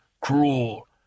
cruel